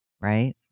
Right